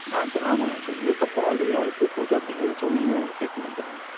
sir ஆமாம் so உங்களுக்கு அப்புறம் இது யாருக்கு போகுது அப்படிங்கிறது ஸோ நீங்கள் செலக்ஷன் பண்றதுதாங்க சார்